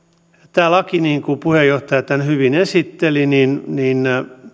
tämä laki niin kuin puheenjohtaja tämän hyvin esitteli on